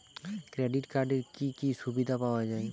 Credit কার্ডের কি কি সুবিধা পাওয়া যায়?